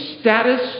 status